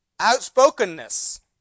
outspokenness